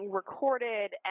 recorded